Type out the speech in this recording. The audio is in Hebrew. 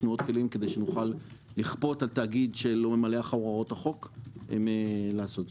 עוד כלים כדי שנוכל לכפות על תאגיד שלא ממלא אחר הוראות החוק לעשות זאת.